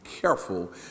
careful